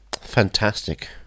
Fantastic